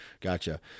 gotcha